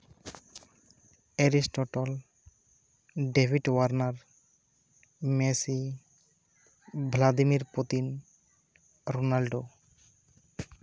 Aristotle ᱰᱮᱵᱷᱤᱴ Warner Messi Vladimir Putin Ronaldo